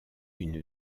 une